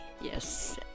Yes